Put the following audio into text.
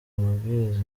amabwiriza